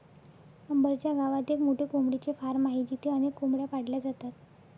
अंबर च्या गावात एक मोठे कोंबडीचे फार्म आहे जिथे अनेक कोंबड्या पाळल्या जातात